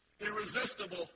irresistible